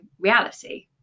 reality